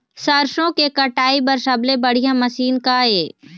सरसों के कटाई बर सबले बढ़िया मशीन का ये?